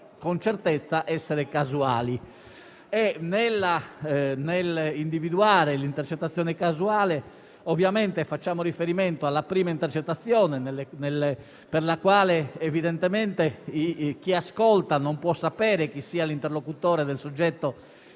con certezza essere casuali. Nell'individuare l'intercettazione casuale, ovviamente facciamo anzitutto riferimento alla prima intercettazione, rispetto alla quale evidentemente chi ascolta non può sapere chi sia l'interlocutore del soggetto